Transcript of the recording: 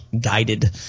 guided